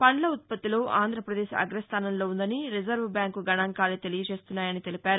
పంద్ల ఉత్పత్తిలో ఆంధ్రప్రదేశ్ అగ్రస్థాసంలో ఉందని రిజర్వుబ్బాంకు గణాంకాలే తెలియచేయజేస్తున్నాయని తెలిపారు